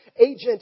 agent